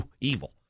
evil